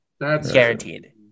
Guaranteed